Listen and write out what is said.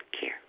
care